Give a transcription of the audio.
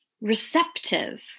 receptive